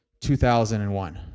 2001